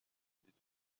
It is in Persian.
دیدم